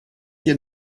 hier